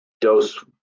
dose